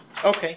Okay